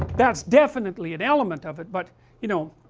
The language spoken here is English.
that's definitely and element of it, but you know,